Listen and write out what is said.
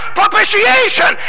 propitiation